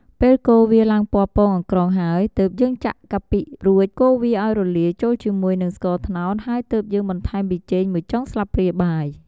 ពេលកូរវាឡើងពណ៌ពងអង្ក្រងហើយ ទើបយើងចាក់កាពិរួចកូរវាឱ្យរលាយចូលជាមួយនិងស្ករត្នោត ហើយទើបយើងបន្ថែមប៊ីចេងមួយចុងស្លាបព្រាបាយ។